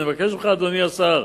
אני מבקש ממך, אדוני השר,